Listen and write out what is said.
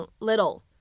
little